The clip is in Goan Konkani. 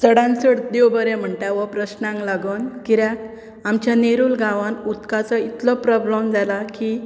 चडांत चड देव बरें म्हणटा हो प्रस्नाक लागून कित्याक आमच्या नेरुल गांवांत उदकाचो इतको प्रोब्लम जालां की